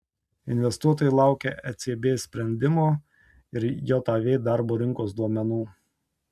investuotojai laukia ecb sprendimo ir jav darbo rinkos duomenų